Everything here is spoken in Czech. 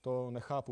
To nechápu.